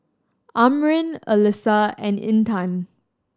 Amrin Alyssa and Intan